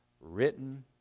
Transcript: written